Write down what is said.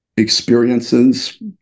Experiences